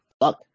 fuck